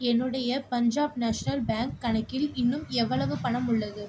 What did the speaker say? என்னுடைய Punjab national bank கணக்கில் இன்னும் எவ்வளவு பணம் உள்ளது